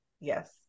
yes